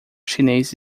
chinês